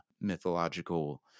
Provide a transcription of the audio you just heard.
mythological